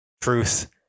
truth